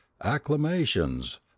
acclamations